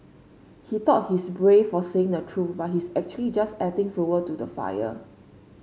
he thought he's brave for saying the truth but he's actually just adding fuel to the fire